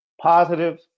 positive